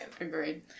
Agreed